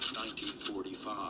1945